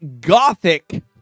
Gothic